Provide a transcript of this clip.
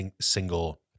single